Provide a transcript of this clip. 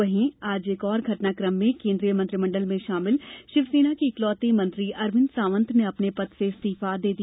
वहीं आज एक और घटनाक्रम में केन्द्रीय मंत्रिमण्डल में शामिल शिवसेना के इकलौतै मंत्री अरविन्द सावंत ने अपने पद से इस्तीफा दे दिया